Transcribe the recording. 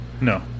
No